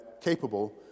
capable